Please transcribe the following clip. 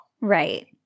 Right